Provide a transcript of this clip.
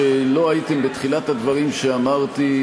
שלא הייתם בתחילת הדברים כשאמרתי,